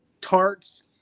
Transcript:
tarts